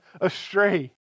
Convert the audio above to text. astray